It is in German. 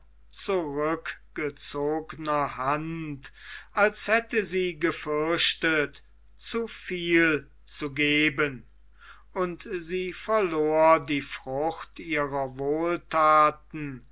zurückgezogener hand als hätte sie gefürchtet zu viel zu geben und sie verlor die frucht ihrer wohlthaten